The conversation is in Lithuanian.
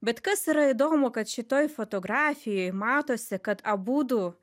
bet kas yra įdomu kad šitoj fotografijoj matosi kad abudu